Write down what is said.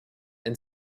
and